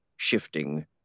Shifting